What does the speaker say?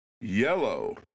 yellow